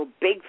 big